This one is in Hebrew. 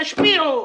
תשפיעו,